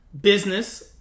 business